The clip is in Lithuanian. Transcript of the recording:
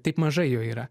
taip mažai jo yra